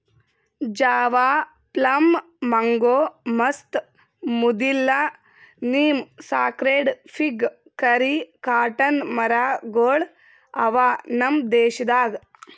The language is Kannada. ಜಾವಾ ಪ್ಲಮ್, ಮಂಗೋ, ಮಸ್ತ್, ಮುದಿಲ್ಲ, neem, sacred fig, curry, cotton ಮರ ಗೊಳ್ ಅವಾ ನಮ್ ದೇಶದಾಗ್